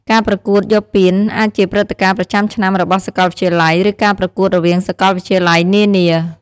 ការប្រកួតយកពានអាចជាព្រឹត្តិការណ៍ប្រចាំឆ្នាំរបស់សាកលវិទ្យាល័យ ឬការប្រកួតរវាងសាកលវិទ្យាល័យនានា។